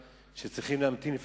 זה ימנע